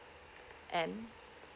and